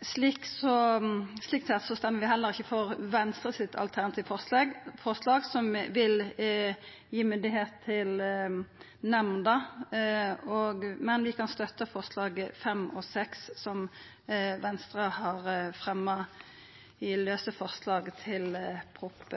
Slik sett stemmer vi heller ikkje for det alternative forslaget frå Venstre, som vil gi myndigheit til nemnda, men vi kan støtta forslaga nr. 5 og 6, som Venstre har fremja i forslag til Prop.